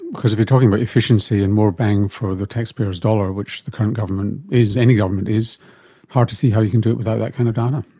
because if you're talking about efficiency and more bang for the taxpayer's dollar, which the current government is, any government is, it's hard to see how you can do it without that kind of data.